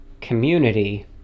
community